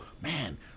man